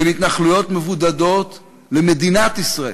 בין התנחלויות מבודדות למדינת ישראל,